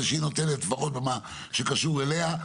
שהאינפורמציה שהיא נותנת לפחות במה שקשור אליה,